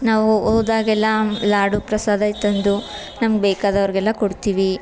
ನಾವು ಹೋದಾಗೆಲ್ಲಾ ಲಾಡು ಪ್ರಸಾದ ತಂದು ನಮ್ಗೆ ಬೇಕಾದವ್ರಿಗೆಲ್ಲ ಕೊಡ್ತೀವಿ